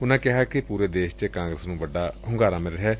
ਉਨੂਾਂ ਕਿਹਾ ਕਿ ਪੁਰੇ ਦੇਸ਼ ਵਿਚ ਕਾਂਗਰਸ ਨੂੰ ਵੱਡਾ ਹੁੰਗਾਰਾ ਮਿਲ ਰਿਹੈ